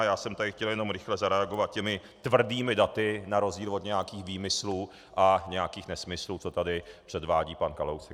Já jsem tady jen chtěl rychle zareagovat tvrdými daty na rozdíl od nějakých výmyslů a nějakých nesmyslů, co tady předvádí pan Kalousek.